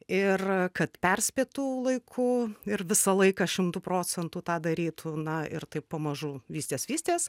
ir kad perspėtų laiku ir visą laiką šimtu procentų tą darytų na ir taip pamažu vystės vystės